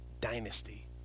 dynasty